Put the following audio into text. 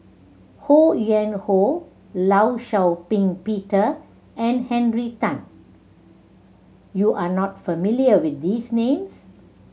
Ho Yuen Hoe Law Shau Ping Peter and Henry Tan you are not familiar with these names